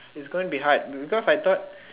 it's going to be hard be be because I thought